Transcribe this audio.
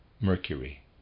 Mercury